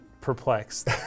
perplexed